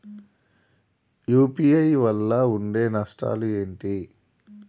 UPI వల్ల ఉండే నష్టాలు ఏంటి??